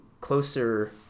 closer